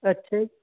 ਅੱਛਾ